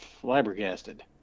flabbergasted